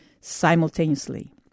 simultaneously